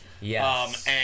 Yes